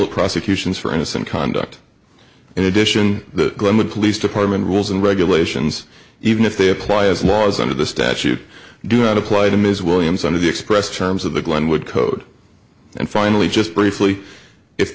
prosecutions for innocent conduct in addition the police department rules and regulations even if they apply as laws under the statute do not apply to ms williams under the expressed terms of the glenwood code and finally just briefly if